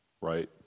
Right